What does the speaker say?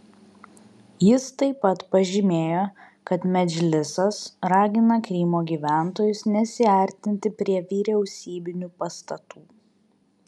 jis taip pat pažymėjo kad medžlisas ragina krymo gyventojus nesiartinti prie vyriausybinių pastatų